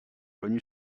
connue